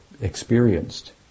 Experienced